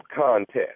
contest